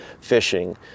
fishing